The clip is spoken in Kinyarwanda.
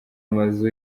amazu